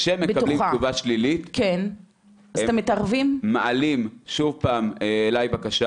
כשהם מקבלים תשובה שלילית הם מעלים שוב פעם אליי בקשה